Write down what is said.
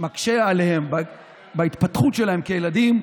זה מקשה עליהם בהתפתחות שלהם כילדים,